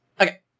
Okay